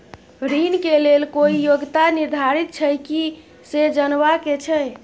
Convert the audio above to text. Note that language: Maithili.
ऋण के लेल कोई योग्यता निर्धारित छै की से जनबा के छै?